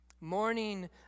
Morning